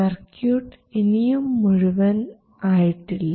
circuit ഇനിയും മുഴുവൻ ആയിട്ടില്ല